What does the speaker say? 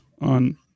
on